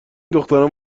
دختران